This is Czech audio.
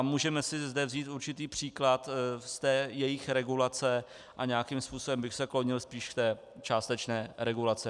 Můžeme si zde vzít určitý příklad z jejich regulace a nějakým způsobem bych se klonil spíš k částečné regulaci.